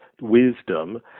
wisdom